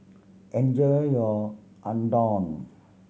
enjoy your Unadon